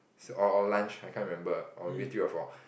is or or lunch I can't remember or maybe three or four